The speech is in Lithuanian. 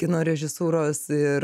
kino režisūros ir